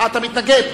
אתה מתנגד.